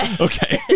Okay